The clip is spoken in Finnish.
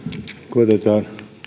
koetetaan